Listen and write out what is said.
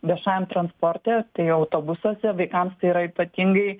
viešajam transporte tai autobusuose vaikams tai yra ypatingai